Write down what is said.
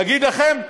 להגיד לכם?